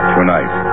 Tonight